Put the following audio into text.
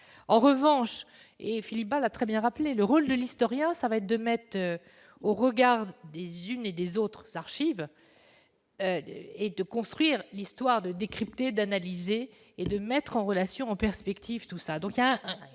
en revanche, et Philippe Val a très bien rappelé le rôle de l'historien, ça va être de mettre au regard des unes et des autres archives et de construire l'histoire de décrypter, d'analyser et de mettre en relation en perspective, tout ça,